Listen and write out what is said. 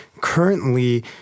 currently